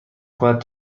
کند